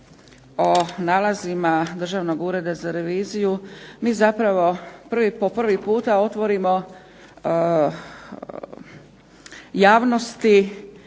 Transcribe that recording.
o nalazima Državnog ureda za reviziju mi zapravo po prvi puta otvorimo javnosti